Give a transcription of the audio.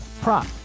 prop